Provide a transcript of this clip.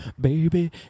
baby